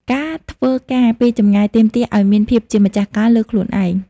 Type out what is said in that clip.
ការធ្វើការពីចម្ងាយទាមទារឱ្យមានភាពជាម្ចាស់ការលើខ្លួនឯង។